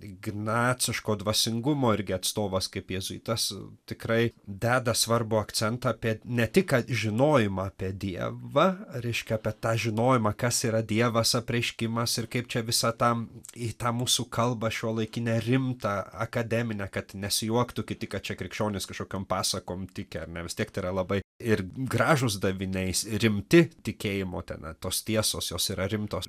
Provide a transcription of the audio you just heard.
ignaciško dvasingumo irgi atstovas kaip jėzuitas tikrai deda svarbų akcentą apie ne tik žinojimą apie dievą reiškia apie tą žinojimą kas yra dievas apreiškimas ir kaip čia visa tam į tą mūsų kalbą šiuolaikinę rimtą akademinę kad nesijuoktų kiti kad čia krikščionis kažkokiom pasakom tyki ar ne vis tiek tai yra labai ir gražūs daviniais rimti tikėjimo ten tos tiesos jos yra rimtos